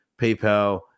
PayPal